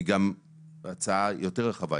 היא גם הצעה יותר רחבה,